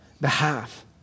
behalf